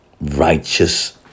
Righteous